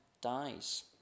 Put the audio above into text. dies